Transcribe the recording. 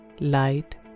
light